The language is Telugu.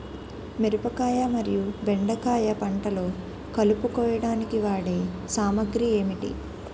మిరపకాయ మరియు బెండకాయ పంటలో కలుపు కోయడానికి వాడే సామాగ్రి ఏమిటి?